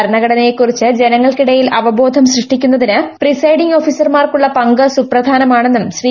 ഭരണഘടനയെക്കുറിച്ച് ജനങ്ങൾക്കിടയിൽ അവബോധം സൃഷ്ടിക്കുന്നതിന് പ്രിസൈഡിങ് ഓഫീസർമാർക്കുള്ള സുപ്രധാനമാണെന്നും ശ്രീ